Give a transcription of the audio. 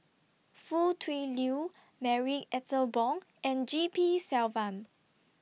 Foo Tui Liew Marie Ethel Bong and G P Selvam